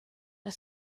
had